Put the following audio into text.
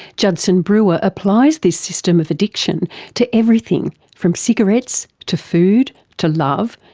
judson brewer applies this system of addiction to everything, from cigarettes to food to love,